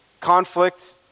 conflict